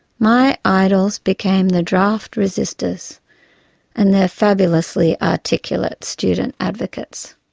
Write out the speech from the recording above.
my idols became the draft resisters and their fabulously articulate student advocates.